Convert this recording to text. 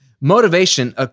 Motivation